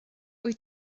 wyt